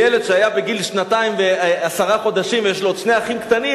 ילד שהיה בגיל שנתיים ועשרה חודשים ויש לו עוד שני אחים קטנים,